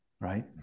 right